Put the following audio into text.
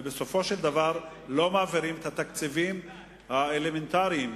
ובסופו של דבר לא מעבירים את התקציבים האלמנטריים